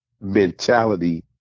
mentality